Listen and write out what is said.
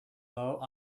though